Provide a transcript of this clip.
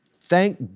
Thank